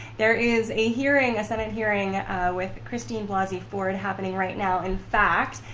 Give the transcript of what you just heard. there is a hearing, a senate hearing with christine blasey ford happening right now. in fact,